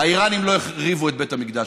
האיראנים לא החריבו את בית המקדש.